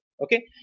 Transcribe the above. Okay